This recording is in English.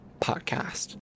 podcast